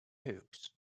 hughes